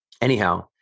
anyhow